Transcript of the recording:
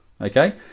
Okay